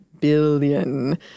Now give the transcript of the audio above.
billion